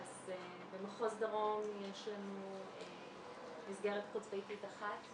במחוז דרום יש לנו מסגרת חוץ ביתית אחת,